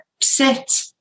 sit